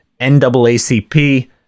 NAACP